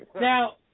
Now